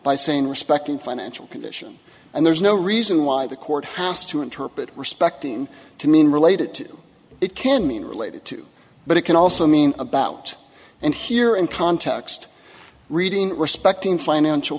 by saying respective financial condition and there's no reason why the court has to interpret respecting to mean related to it can mean related to but it can also mean about and here in context reading respecting financial